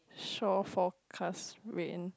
shore forecast ring